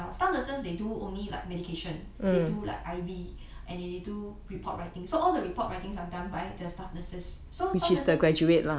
ya staff nurses they do only like medication they do like I_V and they do report writing so all the report writings are done by the staff nurses so staff nurses are